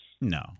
No